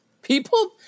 People